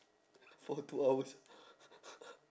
for two hours